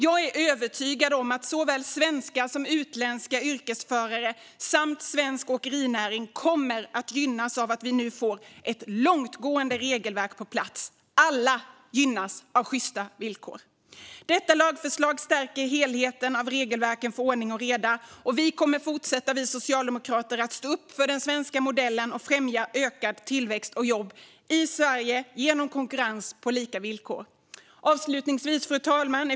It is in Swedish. Jag är övertygad om att såväl svenska som utländska yrkesförare samt svensk åkerinäring kommer att gynnas av att vi nu får ett långtgående regelverk på plats. Alla gynnas av sjysta villkor! Detta lagförslag stärker helheten av de regelverk som finns för ordning och reda, och vi socialdemokrater kommer att fortsätta att stå upp för den svenska modellen och främja ökad tillväxt och jobb i Sverige genom konkurrens på lika villkor. Fru talman!